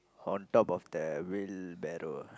on top of that wheelbarrow